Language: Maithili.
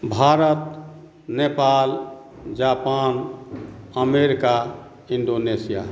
Bharat Nepal Japan America Indonesia